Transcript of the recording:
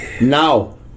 now